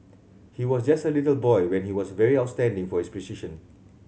he was just a little boy when he was very outstanding for his precision